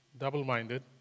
double-minded